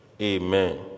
Amen